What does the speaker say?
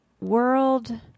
world